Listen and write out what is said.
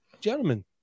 Gentlemen